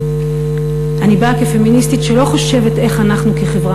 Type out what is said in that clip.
אני באה כפמיניסטית שלא חושבת איך אנחנו כחברה